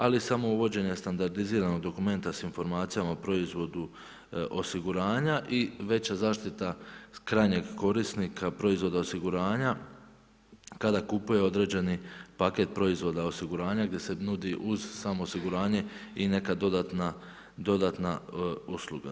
Ali, samo uvođenje standardiziranog dokumenta s informacijama o proizvodu osiguranja i veća zaštita krajnjeg korisnika proizvoda osiguranja kada kupuje određeni paket proizvoda osiguranja gdje se nudi uz samo osiguranje i neka dodatna usluga.